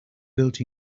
built